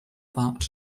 that